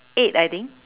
eight I think